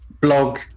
blog